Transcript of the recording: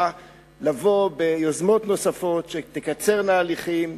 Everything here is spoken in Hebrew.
לבוא ביוזמות נוספות שתקצרנה הליכים,